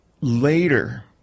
later